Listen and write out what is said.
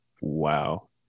Wow